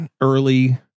early